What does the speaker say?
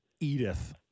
Edith